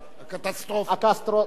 הקטסטרופה.